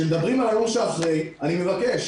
כשמדברים על היום שאחרי אני מבקש.